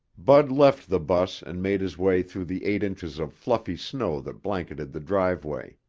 bud left the bus and made his way through the eight inches of fluffy snow that blanketed the driveway.